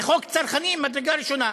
זה חוק צרכני ממדרגה ראשונה.